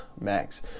Max